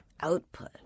output